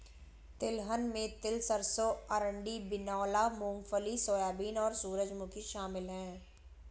तिलहन में तिल सरसों अरंडी बिनौला मूँगफली सोयाबीन और सूरजमुखी शामिल है